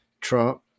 Trump